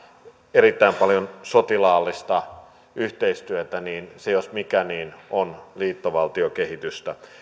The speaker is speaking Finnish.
erittäin paljon sotilaallista yhteistyötä niin se jos mikä on liittovaltiokehitystä